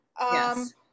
Yes